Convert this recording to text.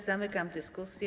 Zamykam dyskusję.